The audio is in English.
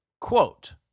Quote